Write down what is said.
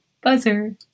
buzzer